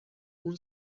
اون